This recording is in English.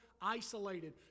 isolated